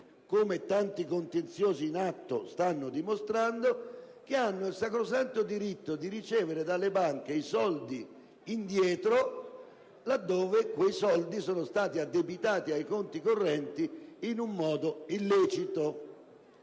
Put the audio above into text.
come tanti contenziosi in atto stanno dimostrando, che hanno il sacrosanto diritto di ricevere dalle banche i soldi indietro laddove quei soldi sono stati addebitati ai conti correnti in un modo illecito.